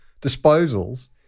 disposals